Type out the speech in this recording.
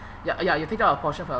ya ya you take out a portion for your